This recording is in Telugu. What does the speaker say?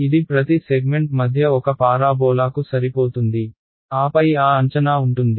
ఇది ప్రతి సెగ్మెంట్ మధ్య ఒక పారాబోలా కు సరిపోతుంది ఆపై ఆ అంచనా ఉంటుంది